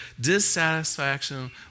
dissatisfaction